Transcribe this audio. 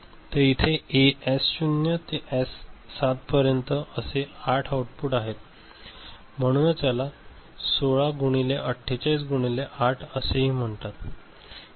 तर इथे एस0 ते एस 7 पर्यंत असे 8 आउटपुट आहेत म्हणूनच याला 16 × 48 × 8 असेही म्हणतात